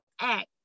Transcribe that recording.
act